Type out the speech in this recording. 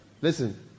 listen